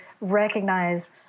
recognize